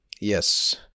Yes